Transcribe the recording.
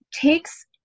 takes